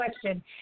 question